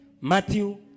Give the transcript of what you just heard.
Matthew